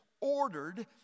ordered